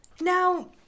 Now